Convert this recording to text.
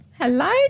Hello